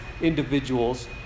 individuals